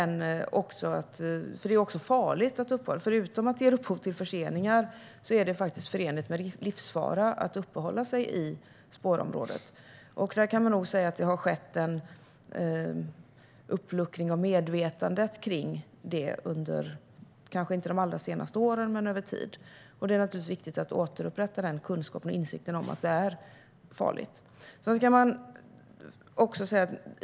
Förutom att det ger upphov till förseningar är det förenat med livsfara att uppehålla sig i spårområdet. Där kan man nog säga att det har skett en uppluckring av medvetandet om det kanske inte under de allra senaste åren men över tid. Det är viktigt att återupprätta den kunskapen och insikten om att det är farligt.